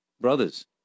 brothers